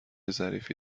ظریفی